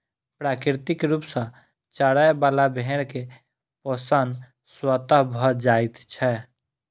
प्राकृतिक रूप सॅ चरय बला भेंड़ के पोषण स्वतः भ जाइत छै